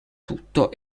tutto